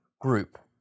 group